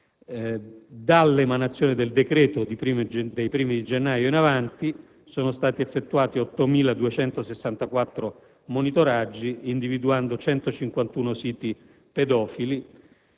Dall'emanazione del decreto, ossia dai primi di gennaio in avanti sono stati effettuati 8.264 monitoraggi, individuando 151 siti pedofili,